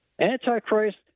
antichrist